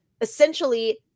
essentially